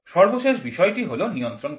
সর্বশেষ বিষয়টি হল নিয়ন্ত্রণ করা